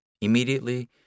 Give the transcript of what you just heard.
Immediately